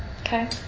Okay